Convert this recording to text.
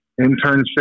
internship